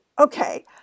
okay